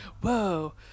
Whoa